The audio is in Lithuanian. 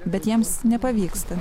bet jiems nepavyksta